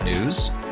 news